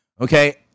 Okay